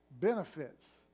benefits